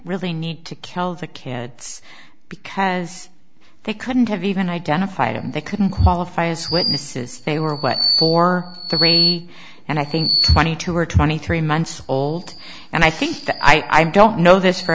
really need to kill the kids because they couldn't have even identified him they couldn't qualify as witnesses they were what for the rainy and i think twenty two or twenty three months old and i think that i don't know this for